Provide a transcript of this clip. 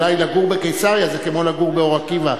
אולי לגור בקיסריה זה כמו לגור באור-עקיבא,